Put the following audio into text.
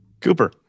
Cooper